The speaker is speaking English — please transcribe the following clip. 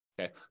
Okay